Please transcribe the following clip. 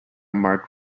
marked